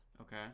Okay